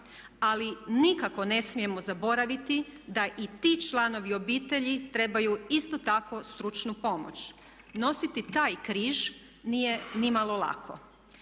Ali nikako ne smijemo zaboraviti da i ti članovi obitelji trebaju isto tako stručnu pomoć. Nositi taj križ nije ni malo lako.